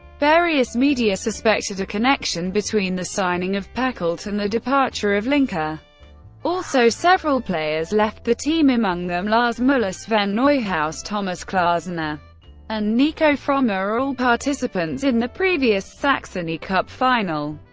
various media suspected a connection between the signing of pacult and the departure of linke. ah also, several players left the team, among them lars muller, sven neuhaus, thomas klasener and nico frommer, all participants in the previous saxony cup final.